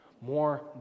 more